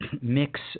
mix